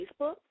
Facebook